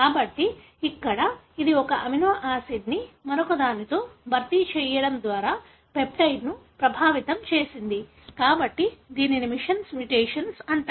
కాబట్టి ఇక్కడ ఇది ఒక అమినో ఆసిడ్ ను మరొకదానితో భర్తీ చేయడం ద్వారా పెప్టైడ్ను ప్రభావితం చేసింది కాబట్టి దీనిని మిస్సెన్స్ మ్యుటేషన్ అంటారు